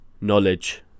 Knowledge